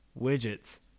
widgets